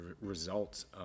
results